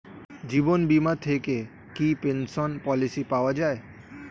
জীবন বীমা থেকে কি পেনশন পলিসি পাওয়া যায়?